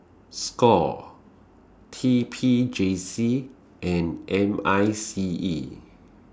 SCORE T P J C and M I C E